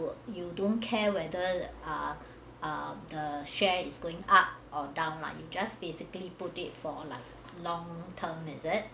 !wah! you don't care whether er er the share is going up or down like you just basically put it for life long term is it